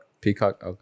Peacock